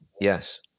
Yes